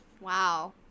Wow